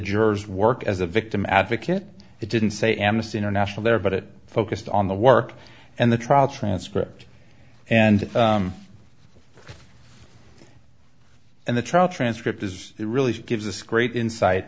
jurors work as a victim advocate it didn't say amnesty international there but it focused on the work and the trial transcript and and the trial transcript is it really gives us great insight